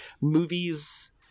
movies